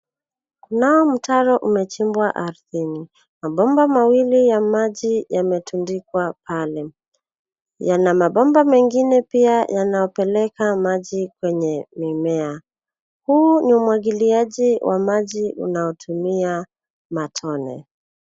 Kuna mtaro umechimbwa ardhini. Mabomba mawili ya maji yametundikwa pale. Yana mabomba mengine pia yanayopeleka maji kwenye mimea. Huu ni umwagiliaji wa maji unaotumia matone.